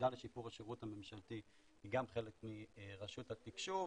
היחידה לשיפור השירות הממשלתי היא גם חלק מרשות התקשוב,